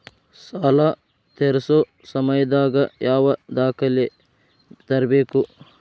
ಸಾಲಾ ತೇರ್ಸೋ ಸಮಯದಾಗ ಯಾವ ದಾಖಲೆ ತರ್ಬೇಕು?